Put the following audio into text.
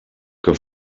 que